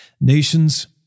Nations